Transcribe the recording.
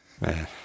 man